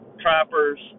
trappers